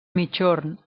migjorn